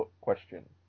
question